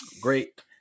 Great